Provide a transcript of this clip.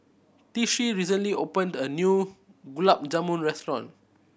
Tishie recently opened a new Gulab Jamun restaurant